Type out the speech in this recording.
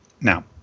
Now